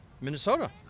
Minnesota